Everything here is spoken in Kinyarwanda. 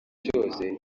cyose